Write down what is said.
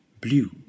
Blue